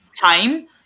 time